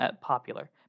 popular